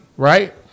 Right